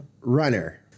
runner